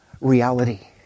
reality